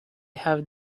have